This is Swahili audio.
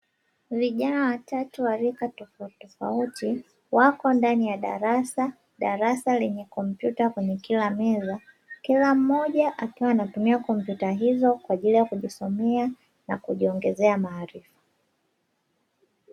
Vijana watatu wa rika tofautitofauti, wako ndani ya darasa darasa lenye kompyuta kwenye kila meza, kila mmoja akiwa anatumia kompyuta hizo kwa ajili ya kujisomea na kujiongezea maarifa.